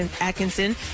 Atkinson